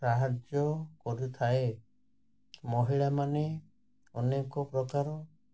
ସାହାଯ୍ୟ କରିଥାଏ ମହିଳାମାନେ ଅନେକ ପ୍ରକାର